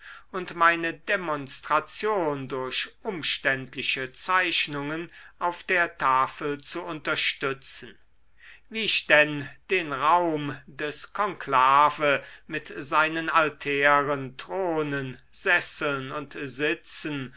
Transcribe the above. und meine demonstration durch umständliche zeichnungen auf der tafel zu unterstützen wie ich denn den raum des konklave mit seinen altären thronen sesseln und sitzen